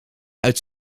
uit